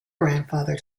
grandfather